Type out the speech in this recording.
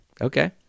Okay